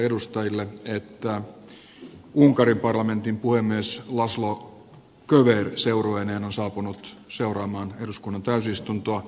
ilmoitan että unkarin parlamentin puhemies laszlo köver seurueineen on saapunut seuraamaan eduskunnan täysistuntoa